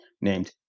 named